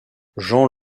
jean